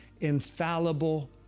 infallible